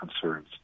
concerns